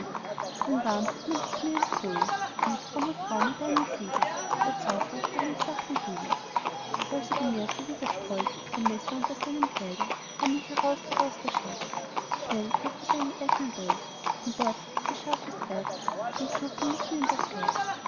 warm hat man dich mir empfohlen gib fromme frau mir deinen segen der zaubrer kam ihm sacht entgegen und er bemerkte wie der strolch ein messer unter seinem kleide heimlich herauszog aus der scheide schnell griff er seinen eignen dolch und bohrte dessen scharfes erz dem schurken mitten in das herz